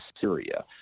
Syria